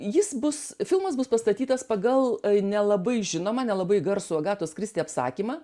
jis bus filmas bus pastatytas pagal nelabai žinomą nelabai garsų agatos kristi apsakymą